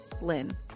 lynn